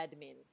admin